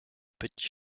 petit